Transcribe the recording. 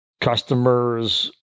customer's